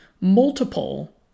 multiple